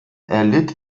erlitt